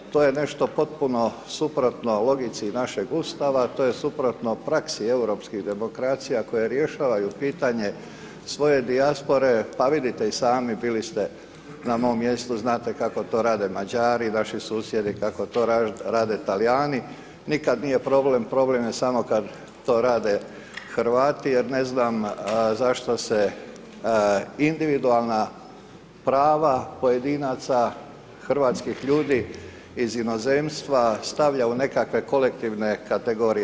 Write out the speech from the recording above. To je nešto potpuno suprotno logici našeg Ustava, to je suprotno praksi europskih demokracija koje rješavaju pitanje svoje dijaspore, pa vidite i sami, bili ste na mom mjestu, znate kako to rade Mađari, naši susjedi, kako to rade Talijani, nikad nije problem, problem je samo kad to rade Hrvati jer ne znam zašto se individualna prava pojedinaca hrvatskih ljudi iz inozemstva stavljaju u nekakve kolektivne kategorije.